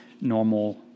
normal